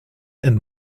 and